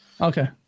Okay